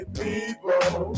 people